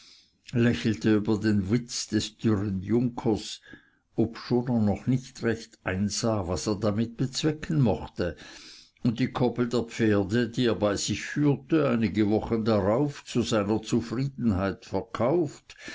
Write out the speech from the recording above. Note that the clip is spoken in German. lächelte über den witz des dürren junkers obschon er noch nicht recht einsah was er damit bezwecken mochte und die koppel der pferde die er bei sich führte einige wochen darauf zu seiner zufriedenheit verkauft